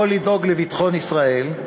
יכול לדאוג לביטחון ישראל,